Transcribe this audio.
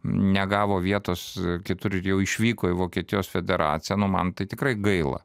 negavo vietos kitur ir jau išvyko į vokietijos federaciją nu man tai tikrai gaila